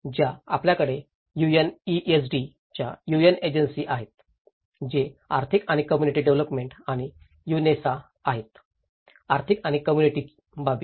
ज्या आमच्याकडे यूएनएसडी च्या यूएन एजन्सी आहेत जे आर्थिक आणि कॉम्युनिटी डेव्हलोपमेंट आणि युनेसा आहेत आर्थिक आणि कॉम्युनिटी बाबी